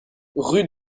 rue